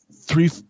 three